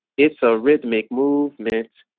it's a rhythmic movement,